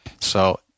so-